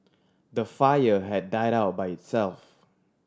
the fire had died out by itself